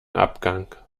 abgang